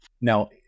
Now